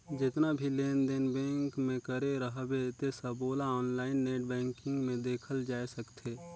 जेतना भी लेन देन बेंक मे करे रहबे ते सबोला आनलाईन नेट बेंकिग मे देखल जाए सकथे